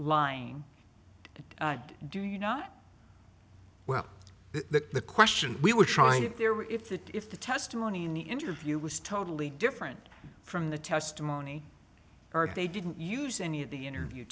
lying and do you know well the question we were trying to there were if the if the testimony in the interview was totally different from the testimony or if they didn't use any of the interview